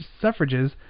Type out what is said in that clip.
suffrages